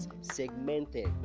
segmented